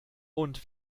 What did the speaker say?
und